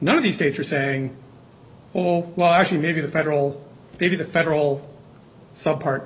none of the states are saying oh well actually maybe the federal maybe the federal some part